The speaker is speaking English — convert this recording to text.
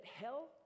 hell